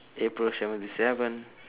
april seventy seven